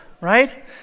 right